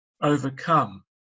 overcome